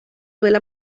suele